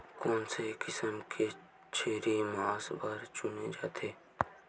कोन से किसम के छेरी मांस बार चुने जाथे?